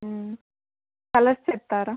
colours చెప్తారా